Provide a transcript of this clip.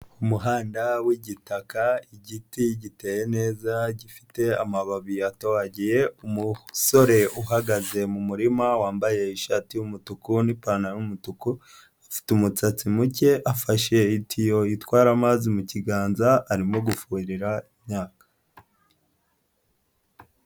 Umuhanda w'igitaka, igiti giteye neza gifite amababi atonhagiye, umusore uhagaze mu murima wambaye ishati y'umutuku n'ipantaro y'umutuku afite umusatsi muke afashe itiyo itwara amazi mu kiganza arimo gufuhirira imyaka.